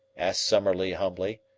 asked summerlee humbly,